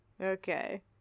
Okay